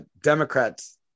Democrats